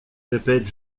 répète